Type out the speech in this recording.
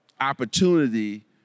opportunity